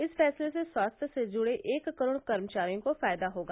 इस फैसले से स्वास्थ्य से जुड़े एक करोड़ कर्मचारियों को फायदा होगा